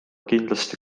kindlasti